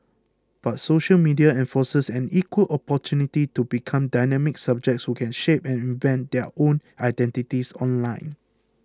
but social media enforces an equal opportunity to become dynamic subjects who can shape and invent their own identities online